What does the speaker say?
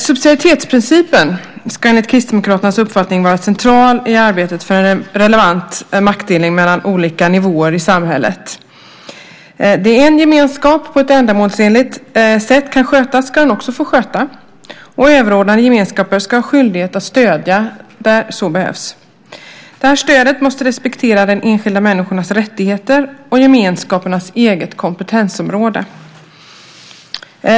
Subsidiaritetsprincipen ska enligt Kristdemokraternas uppfattning vara central i arbetet för en relevant maktdelning mellan olika nivåer i samhället. Det en gemenskap kan sköta på ett ändamålsenligt sätt ska den också få sköta. Överordnade gemenskaper ska ha skyldighet att stödja där så behövs. Stödet måste respektera enskilda människors rättigheter och gemenskapernas eget kompetensområde.